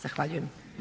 Zahvaljujem.